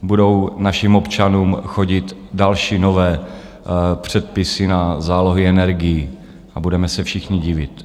Budou našim občanům chodit další nové předpisy na zálohy energií a budeme se všichni divit.